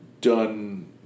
done